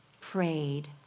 prayed